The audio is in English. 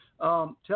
Tell